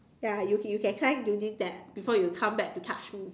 ya you you can try doing that before you come back to touch me